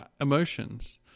emotions